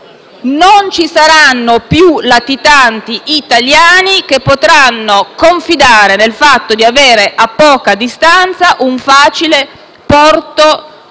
Non ci saranno più latitanti italiani che potranno confidare nel fatto di avere a poca distanza un facile e